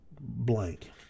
blank